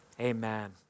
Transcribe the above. amen